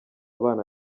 bana